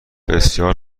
بسیار